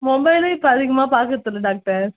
மொபைலும் இப்போ அதிகமாக பாக்கறது இல்லை டாக்டர்